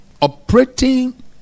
operating